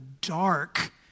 dark